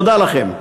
תודה לכם.